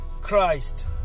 Christ